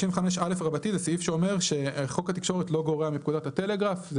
55א זה סעיף שאומר שחוק התקשורת לא גורע מפקודת הטלגרף,